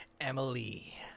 emily